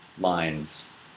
lines